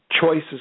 choices